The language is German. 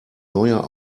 neuer